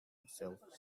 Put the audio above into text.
itself